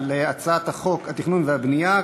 תמר זנדברג,